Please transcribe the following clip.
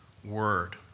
Word